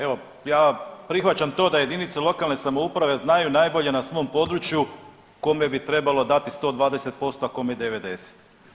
Evo ja prihvaćam to da jedinice lokalne samouprave znaju najbolje na svom području kome bi trebalo dati 120%, a kome 90.